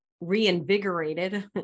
reinvigorated